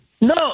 No